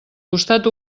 costat